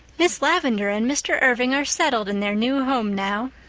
miss lavendar and mr. irving are settled in their new home now,